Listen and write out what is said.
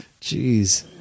Jeez